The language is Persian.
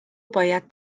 باید